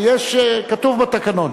כתוב בתקנון.